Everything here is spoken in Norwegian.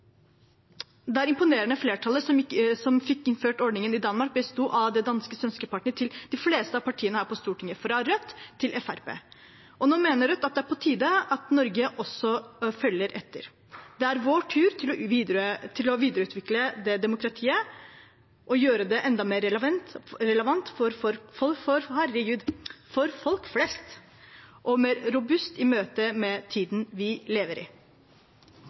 imponerende flertallet som fikk innført ordningen i Danmark, besto av det danske søsterpartiet til de fleste av partiene her på Stortinget, fra Rødt til Fremskrittspartiet. Nå mener Rødt det er på tide at Norge følger etter. Det er vår tur til å videreutvikle demokratiet og gjøre det enda mer relevant for folk flest og mer robust i møte med tiden vi lever i.